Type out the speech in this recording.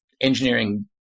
engineering